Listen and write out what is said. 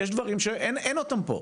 יש דברים שאין אותם פה,